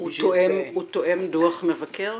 הוא תואם דוח מבקר?